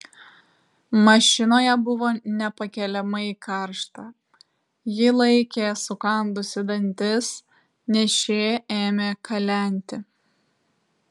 mašinoje buvo nepakeliamai karšta ji laikė sukandusi dantis nes šie ėmė kalenti